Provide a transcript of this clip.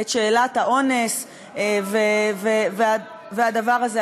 את שאלת האונס והדבר הזה.